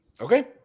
okay